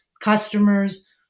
customers